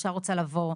אישה רוצה לבוא,